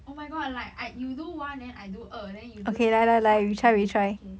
oh my god like I you do one then I do 二 then you do 三 okay okay